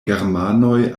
germanoj